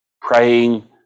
praying